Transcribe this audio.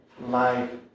life